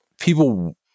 people